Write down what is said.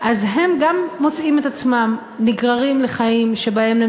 אז הם גם מוצאים את עצמם נגררים לחיים שבהם הם